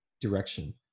direction